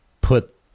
put